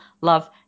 love